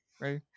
Ready